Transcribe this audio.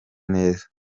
neza